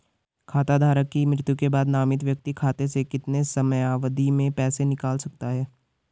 खाता धारक की मृत्यु के बाद नामित व्यक्ति खाते से कितने समयावधि में पैसे निकाल सकता है?